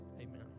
amen